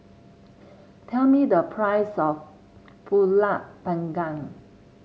tell me the price of pulut Panggang